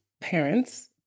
parents